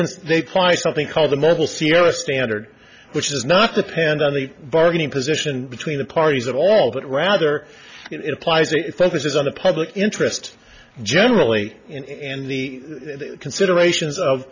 say they price something called the mobile c r standard which is not depend on the bargaining position between the parties at all but rather it implies a focus is on the public interest generally and the considerations of